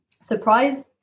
surprise